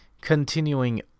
Continuing